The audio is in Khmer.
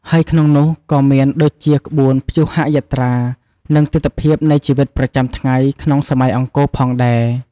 ហើយក្នុងនោះក៏មានដូចជាក្បួនព្យុហយាត្រា និងទិដ្ឋភាពនៃជីវិតប្រចាំថ្ងៃក្នុងសម័យអង្គរផងដែរ។